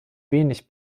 wenig